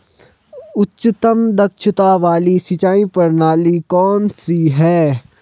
उच्चतम दक्षता वाली सिंचाई प्रणाली कौन सी है?